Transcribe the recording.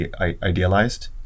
idealized